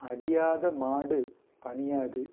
அடியாத மாடு பணியாது